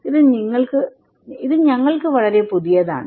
ഇത് ഞങ്ങൾക്ക് വളരെ പുതിയതാണ്